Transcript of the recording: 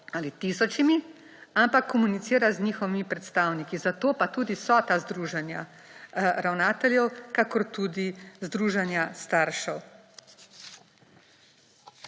ali tisočimi, ampak komunicira z njihovimi predstavniki. Zato pa tudi so ta združenja ravnateljev, kakor tudi združenja staršev.